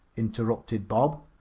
interrupted bob.